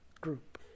group